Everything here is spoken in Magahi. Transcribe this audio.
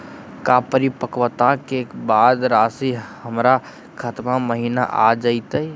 का परिपक्वता के बाद रासी हमर खाता महिना आ जइतई?